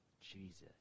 Jesus